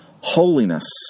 holiness